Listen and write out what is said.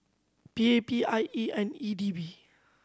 P A P I E and E D B